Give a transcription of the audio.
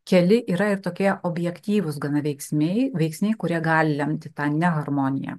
keli yra ir tokie objektyvūs gana veiksniai veiksniai kurie gali lemti tą ne harmoniją